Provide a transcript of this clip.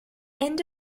end